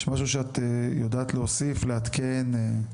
יש משהו שאת יודעת להוסיף, לעדכן?